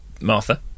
Martha